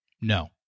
No